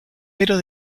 pero